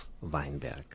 Weinberg